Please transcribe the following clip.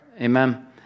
Amen